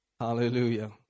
Hallelujah